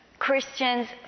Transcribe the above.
Christians